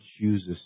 chooses